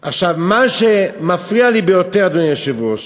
עכשיו, מה שמפריע לי ביותר, אדוני היושב-ראש,